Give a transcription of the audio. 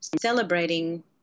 celebrating